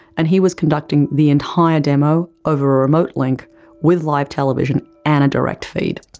and he was conducting the entire demo over a remote link with live television and a direct feed.